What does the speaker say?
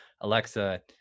Alexa